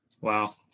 Wow